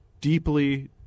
deeply